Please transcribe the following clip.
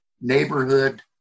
neighborhood